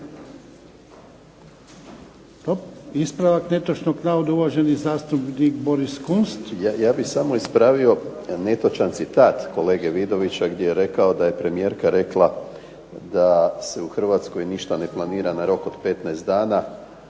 Ispravak netočnog navoda, uvaženi zastupnik Boris Kunst. **Kunst, Boris (HDZ)** Ja bih samo ispravio netočan citat kolege Vidovića gdje je rekao da je premijerka rekla da se u Hrvatskoj ne planira ništa na rok od 15 dana,